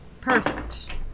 Perfect